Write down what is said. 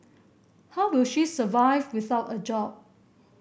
how will she survive without a job